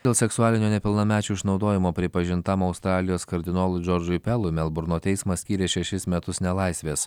dėl seksualinio nepilnamečių išnaudojimo pripažintam australijos kardinolui džordžui pelui melburno teismas skyrė šešis metus nelaisvės